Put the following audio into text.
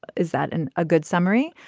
is that and a good summary.